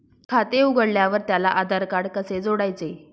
खाते उघडल्यावर त्याला आधारकार्ड कसे जोडायचे?